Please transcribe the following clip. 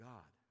God